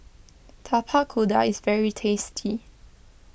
Tapak Kuda is very tasty